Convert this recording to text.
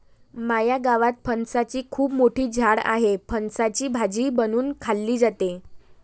माझ्या गावात फणसाची खूप मोठी झाडं आहेत, फणसाची भाजी बनवून खाल्ली जाते